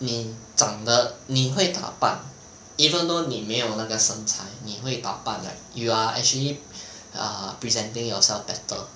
你长的你会打扮 even though 你没有那个身材你会打扮 like you are actually err presenting yourself better